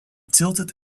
tilted